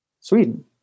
Sweden